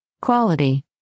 quality